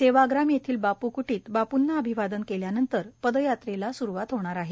सेवाग्राम येथील बाप् क्टीत बापूंना अभिवादन केल्यानंतर पदयात्रेला स्रुवात होणार आहे